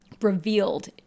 revealed